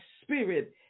spirit